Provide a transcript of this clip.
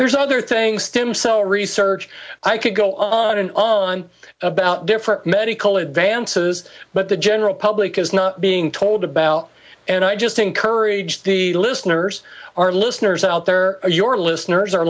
there's another thing stem cell research i could go on and on about different medical advances but the general public is not being told about and i just encourage the listeners our listeners out there your listeners are